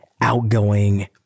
outgoing